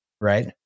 Right